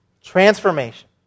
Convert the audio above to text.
Transformation